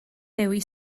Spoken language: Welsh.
dewi